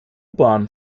bahn